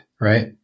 right